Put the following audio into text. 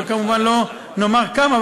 וכמובן לא נאמר כמה,